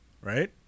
right